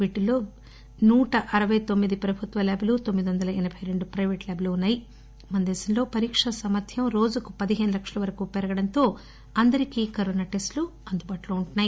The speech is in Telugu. వీటిల్లో వెయ్యి నూట అరవై తొమ్మిది ప్రభుత్వ ల్యాబ్లు తొమ్మిదివందల ఎనబై రెండు ప్రెపేట్ ల్యాబ్లు ఉన్నాయి మన దేశంలో పరీక్ష సామర్థ్యం రోజుకు పదిహేను లక్షల వరకు పెరగడంతో అందరికీ కరోనా టెస్టులు అందుబాటులో ఉంటున్నాయి